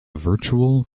virtual